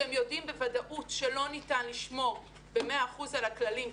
שהם יודעים בוודאות שלא ניתן לשמור ב- 100% על הכללים.